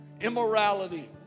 immorality